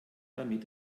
damit